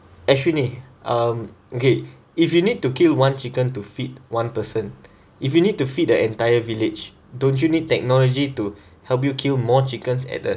actually um okay if you need to kill one chicken to feed one person if you need to feed the entire village don't you need technology to help you to kill more chickens at a